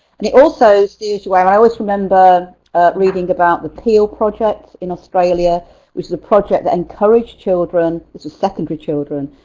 and it also is due to where i always remember reading about the peel project in australia which is a project to encourage children, it's secondary children.